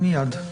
מיד.